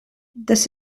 das